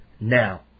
now